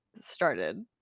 started